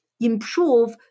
improve